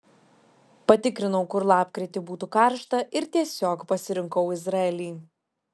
patikrinau kur lapkritį būtų karšta ir tiesiog pasirinkau izraelį